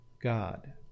God